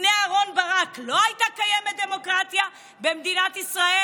לפני אהרן ברק לא הייתה קיימת דמוקרטיה במדינת ישראל?